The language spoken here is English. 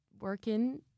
working